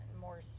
more